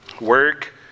Work